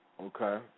okay